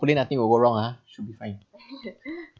put it nothing over wrong ah should be fine